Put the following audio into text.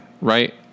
right